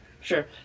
sure